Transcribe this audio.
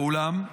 ואולם,